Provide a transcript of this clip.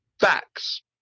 facts